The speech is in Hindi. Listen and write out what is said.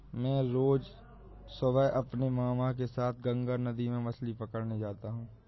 मैं रोज सुबह अपने मामा के साथ गंगा नदी में मछली पकड़ने जाता हूं